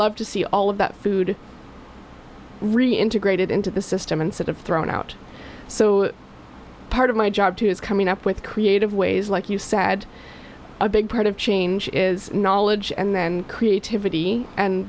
love to see all of that food really integrated into the system and sort of thrown out so part of my job too is coming up with creative ways like you said a big part of change is knowledge and then creativity and